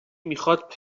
میخواد